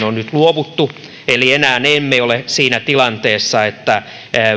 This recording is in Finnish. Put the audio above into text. on nyt luovuttu eli enää emme ole siinä tilanteessa että